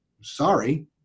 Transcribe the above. sorry